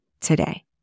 today